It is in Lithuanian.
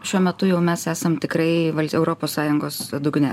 šiuo metu jau mes esam tikrai v europos sąjungos dugne